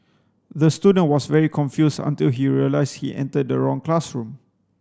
the student was very confused until he realised he entered the wrong classroom